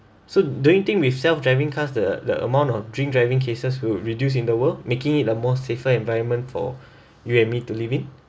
so do you think with self-driving cars the the amount of drink driving cases will reduce in the world making it a more safer environment for you and me to live in